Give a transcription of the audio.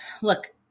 look